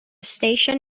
station